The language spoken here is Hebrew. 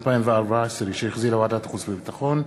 התשע"ה 2014, שהחזירה ועדת החוץ והביטחון,